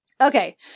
Okay